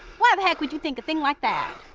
why the heck would you think a thing like that?